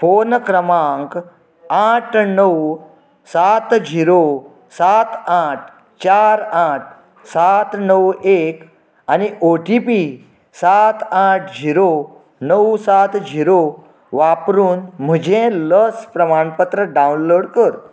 phone क्रमांक आठ णव सात झिरो सात आठ चार आठ सात णव एक आनी ओ टी पी सात आठ झिरो णव सात झिरो वापरून म्हजें लस प्रमाणपत्र डावनलोड कर